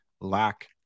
lack